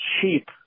cheap